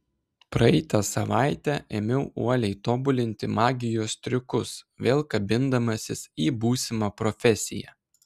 praeitą savaitę ėmiau uoliai tobulinti magijos triukus vėl kabindamasis į būsimą profesiją